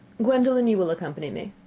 gwendolen, you will accompany me.